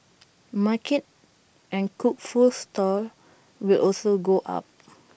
market and cooked food stalls will also go up